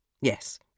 Yes